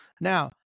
now